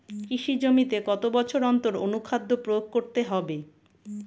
কৃষি জমিতে কত বছর অন্তর অনুখাদ্য প্রয়োগ করতে হবে?